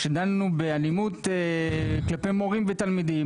כשדנו באלימות כלפי מורים ותלמידים,